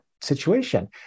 situation